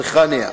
ריחנייה,